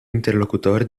interlocutore